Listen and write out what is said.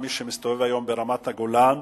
מי שמסתובב היום ברמת-הגולן,